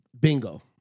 Bingo